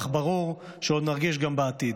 אך ברור שעוד נרגיש גם בעתיד.